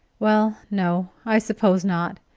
well, no, i suppose not,